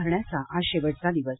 भरण्याचा आज शेवटचा दिवस